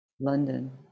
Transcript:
London